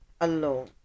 alone